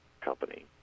company